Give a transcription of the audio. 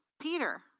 Peter